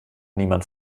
niemand